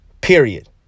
Period